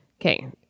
Okay